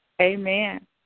Amen